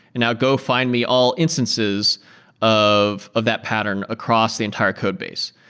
now, go find me all instances of of that pattern across the entire codebase.